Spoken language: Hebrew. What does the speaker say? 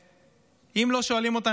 שאם לא שואלים אותם,